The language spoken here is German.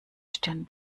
stirn